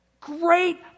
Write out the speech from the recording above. Great